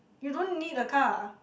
you don't need a car